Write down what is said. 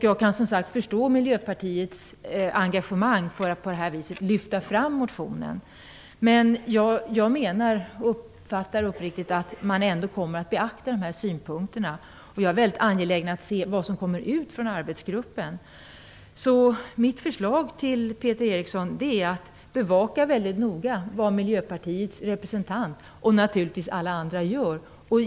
Jag kan förstå Miljöpartiets engagemang för att på det här viset lyfta fram motionen. Jag uppfattar det så att man ändå kommer att beakta de olika synpunkterna. Jag är väldigt angelägen att se vad som kommer ut från arbetsgruppen. Mitt förslag till Peter Eriksson är att väldigt noga bevaka vad Miljöpartiets representant, och naturligtvis också andra, gör.